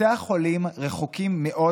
בתי החולים רחוקים מאוד